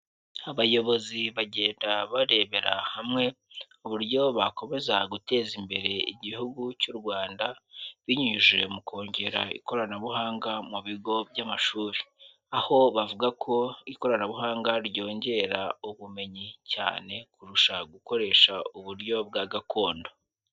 Abayobozi bagenda barebera hamwe, uburyo bakomeza guteza imbere igihugu cy'u Rwanda, binyuze mu kongera ikoranabuhanga mu bigo by'amashuri, aho bavuga ko ikoranabuhanga ryongera ubumenyi cyane kurusha gukoresha uburyo bwa gakondo.